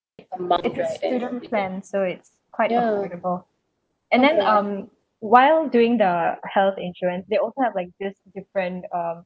it's a student plan so it's quite affordable and then um while doing the health insurance they also have like this different uh